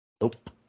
Nope